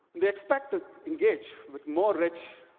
they expect to engage with more rich,